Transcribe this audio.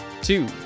two